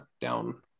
down